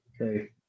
okay